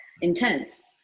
intense